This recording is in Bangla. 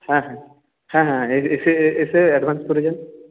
হ্যাঁ হ্যাঁ হ্যাঁ হ্যাঁ হ্যাঁ এসে এসে অ্যাডভান্স করে যান